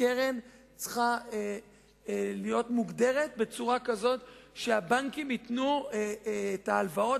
צריכה להיות מוגדרת בצורה כזאת שהבנקים ייתנו את ההלוואות